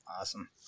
Awesome